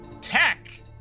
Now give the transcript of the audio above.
tech